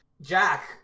Jack